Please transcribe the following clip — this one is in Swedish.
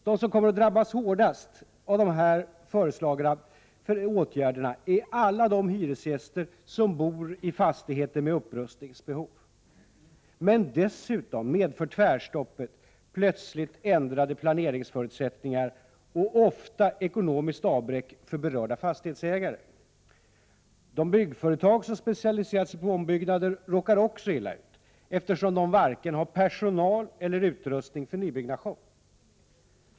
De som kommer att drabbas hårdast av de föreslagna åtgärderna är alla de hyresgäster som bor i fastigheter med upprustningsbehov. Men dessutom medför tvärstoppet plötsligt ändrade planeringsförutsättningar och ofta ekonomiskt avbräck för berörda fastighetsägare. De byggföretag som har specialiserat sig på ombyggnader råkar också illa ut, eftersom de har varken personal eller utrustning för nybyggnation.